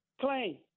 claim